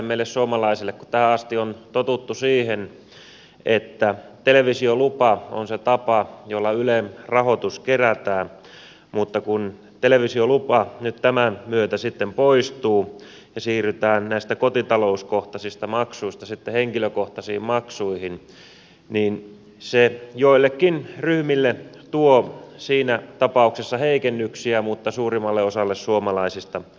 kun tähän asti on totuttu siihen että televisiolupa on se tapa jolla ylen rahoitus kerätään niin kun televisiolupa nyt tämän myötä sitten poistuu ja siirrytään sitten näistä kotitalouskohtaisista maksuista henkilökohtaisiin maksuihin niin se joillekin ryhmille tuo siinä tapauksessa heikennyksiä mutta suurimmalle osalle suomalaisista parannuksia